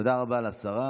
תודה רבה לשרה.